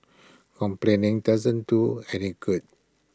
complaining doesn't do any good